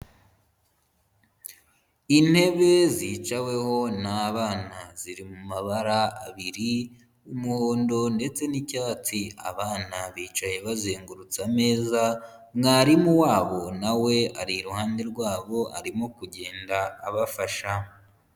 Intebe zicaweho n'abana ziri mu mabara abiri, umuhondo ndetse n'icyatsi, abana bicaye bazengurutse ameza, mwarimu wabo na we ari iruhande rwabo arimo kugenda abafasha.